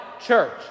church